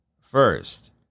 first